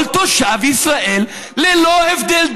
"כל תושב ישראל ללא הבדל,